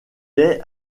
est